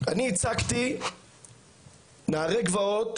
אני ייצגתי 'נערי גבעות'